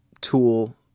tool